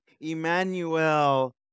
Emmanuel